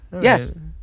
yes